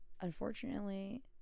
unfortunately